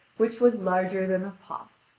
which was larger than a pot.